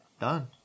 done